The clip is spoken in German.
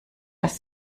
das